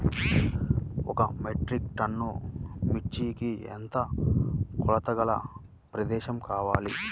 ఒక metric ton మిర్చికి ఎంత కొలతగల ప్రదేశము కావాలీ?